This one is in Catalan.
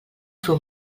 fer